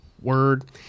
word